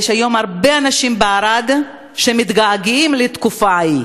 יש היום הרבה אנשים בערד שמתגעגעים לתקופה ההיא.